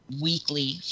weekly